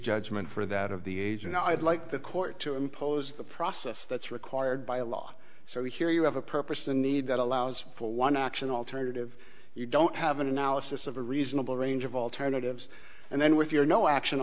judgment for that of the agent i'd like the court to impose the process that's required by law so here you have a purpose a need that allows for one action alternative you don't have an analysis of a reasonable range of alternatives and then with your no action